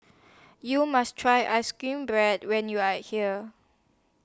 YOU must Try Ice Cream Bread when YOU Are here